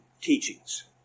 teachings